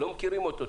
לא מכירים אותו.